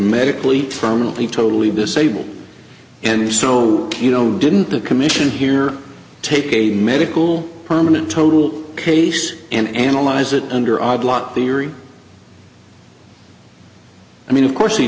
medically probably totally disabled and so you know didn't the commission here take a medical permanent total case and analyze it under our blood theory i mean of course he